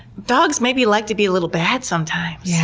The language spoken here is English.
dogs maybe like to be a little bad sometimes. yeah